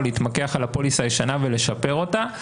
או להתמקח על הפוליסה הישנה ולשפר אותה.